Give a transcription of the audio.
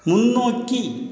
முன்னோக்கி